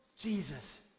Jesus